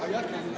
Ale,